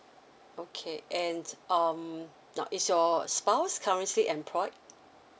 okay and um now is your spouse currently employed